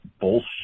bullshit